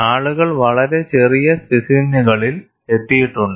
ആളുകൾ വളരെ ചെറിയ സ്പെസിമെനുകളിൽ എത്തിയിട്ടുണ്ട്